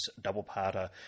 double-parter